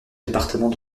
département